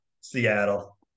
Seattle